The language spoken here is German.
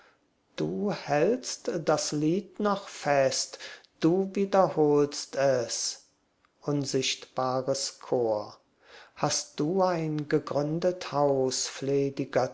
du hältst das lied noch fest du wiederholst es unsichtbares chor hast du ein gegründet haus